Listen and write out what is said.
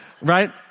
right